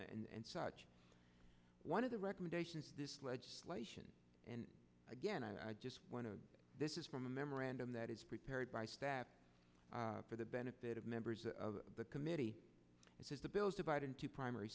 and such one of the recommendations this legislation and again i just want to this is from a memorandum that is prepared by staff for the benefit of members of the committee it is the bills divide into primary